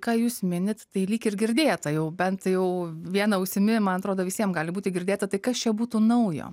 ką jūs minit tai lyg ir girdėta jau bent jau viena ausimi man atrodo visiem gali būti girdėta tai kas čia būtų naujo